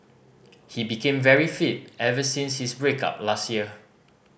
he became very fit ever since his break up last year